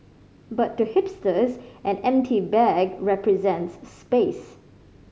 but to hipsters an empty bag represents space